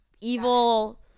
evil